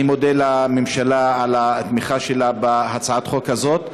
אני מודה לממשלה על התמיכה שלה בהצעת חוק הזאת,